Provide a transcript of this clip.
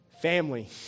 Family